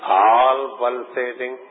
all-pulsating